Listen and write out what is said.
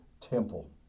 temple